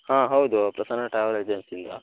ಹಾಂ ಹೌದು ಪ್ರಸನ್ನ ಟ್ರಾವೆಲ್ ಏಜೆನ್ಸಿಯಿಂದ